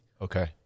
Okay